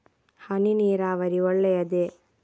ಹನಿ ನೀರಾವರಿ ಒಳ್ಳೆಯದೇ?